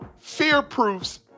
fear-proofs